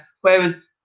whereas